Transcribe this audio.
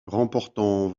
remportant